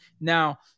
Now